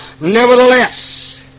Nevertheless